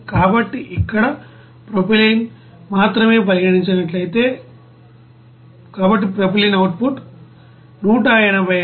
కాబట్టి మేము ఇక్కడ ప్రొపైలీన్ మాత్రమే పరిగణించినట్లయితే కాబట్టి ప్రొపైలీన్ అవుట్ పుట్ 186